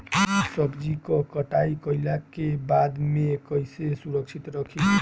सब्जी क कटाई कईला के बाद में कईसे सुरक्षित रखीं?